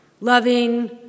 Loving